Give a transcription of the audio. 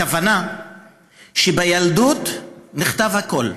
הכוונה לכך שבילדות נכתב הכול: